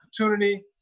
opportunity